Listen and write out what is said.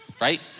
right